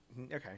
Okay